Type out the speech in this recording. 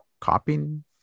copying